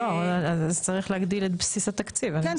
אז צריך להגדיל את בסיס התקציב, אני מסכימה איתך.